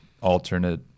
alternate